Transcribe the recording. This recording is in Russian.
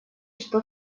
что